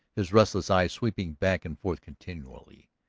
his restless eyes sweeping back and forth continually,